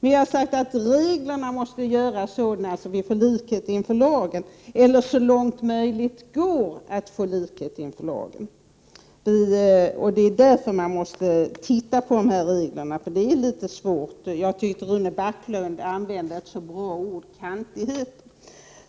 Vi har sagt att reglerna måste göras sådana att vi får likhet inför lagen så långt det är möjligt. Det är därför man måste titta på reglerna. Jag tycker att Rune Backlund använde ett så bra ord om dem: kantighet.